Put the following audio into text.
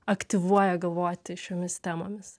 aktyvuoja galvoti šiomis temomis